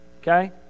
Okay